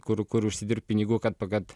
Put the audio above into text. kur kur užsidirbt pinigų kad pagat kad